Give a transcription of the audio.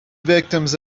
victims